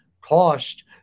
cost